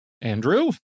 Andrew